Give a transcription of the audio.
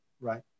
right